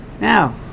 Now